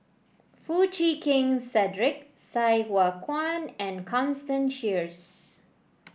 Foo Chee Keng Cedric Sai Hua Kuan and Constance Sheares